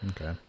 Okay